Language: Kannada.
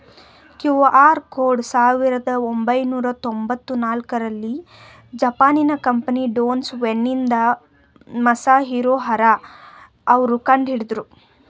ಕ್ಯೂ.ಆರ್ ಕೋಡ್ ಸಾವಿರದ ಒಂಬೈನೂರ ತೊಂಬತ್ತ ನಾಲ್ಕುರಲ್ಲಿ ಜಪಾನಿನ ಕಂಪನಿ ಡೆನ್ಸೊ ವೇವ್ನಿಂದ ಮಸಾಹಿರೊ ಹರಾ ಅವ್ರು ಕಂಡುಹಿಡಿದ್ರು